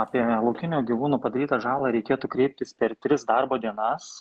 apie laukinių gyvūnų padarytą žalą reikėtų kreiptis per tris darbo dienas